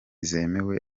zemewe